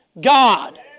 God